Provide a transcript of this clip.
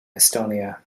estonia